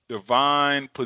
divine